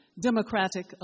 democratic